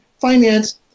finance